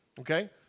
Okay